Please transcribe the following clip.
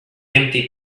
empty